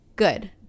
good